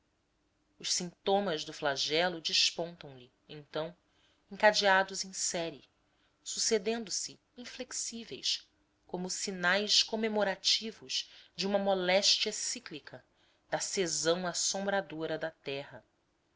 os sintomas do flagelo despontam lhe então encadeados em série sucedendo se inflexíveis como sinais comemorativos de uma moléstia cíclica da sezão assombradora da terra